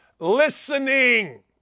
Listening